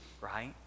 right